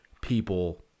people